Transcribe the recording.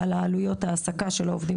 על עלויות ההעסקה של העובדים